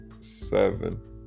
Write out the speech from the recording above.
seven